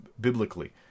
biblically